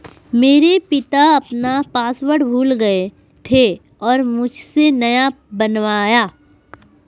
मेरे पिता अपना पासवर्ड भूल गए थे और मुझसे नया बनवाया